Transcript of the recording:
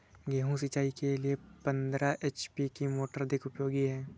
गेहूँ सिंचाई के लिए पंद्रह एच.पी की मोटर अधिक उपयोगी है?